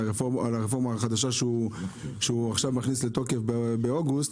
על הרפורמה החדשה שהוא מכניס לתוקף בחודש אוגוסט,